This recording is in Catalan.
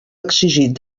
exigit